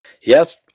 Yes